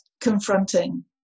confronting